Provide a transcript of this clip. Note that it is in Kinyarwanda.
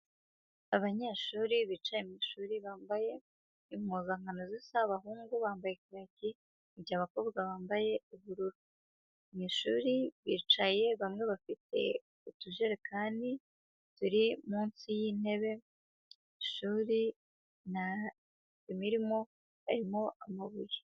Abanyeshuri bicaye mu ishuri bambaye impuzankano zisa, abahungu bambaye kaki, mu gihe abakobwa bambaye ubururu. Mu ishuri bicaye bamwe bafite utujerekani turi munsi y'intebe, ishuri ntabirimo harimo amabuye.